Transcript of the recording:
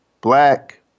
black